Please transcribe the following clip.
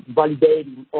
validating